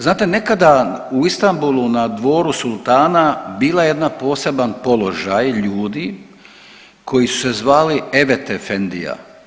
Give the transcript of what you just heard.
Znate nekada vam u Istanbulu na dvoru sultana bila jedan poseban položaj ljudi koji su se zvali evetefendija.